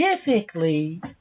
specifically